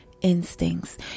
instincts